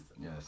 Yes